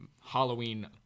Halloween